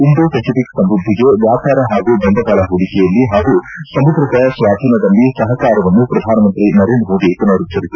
Indo Pacific ಸಮೃದ್ದಿಗೆ ವ್ಯಾಪಾರ ಹಾಗೂ ಬಂಡವಾಳ ಹೂಡಿಕೆಯಲ್ಲಿ ಹಾಗೂ ಸಮುದ್ರದ ಸ್ವಾಧೀನದಲ್ಲಿ ಸಹಕಾರವನ್ನು ಪ್ರಧಾನಮಂತ್ರಿ ನರೇಂದ್ರ ಮೋದಿ ಪುನರುಚ್ಚರಿಸಿದ್ದಾರೆ